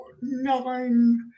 nine